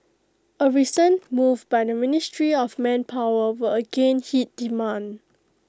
A recent move by the ministry of manpower will again hit demand